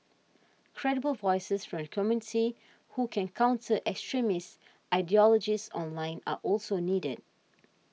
credible voices from the community who can counters extremists ideologies online are also needed